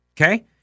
Okay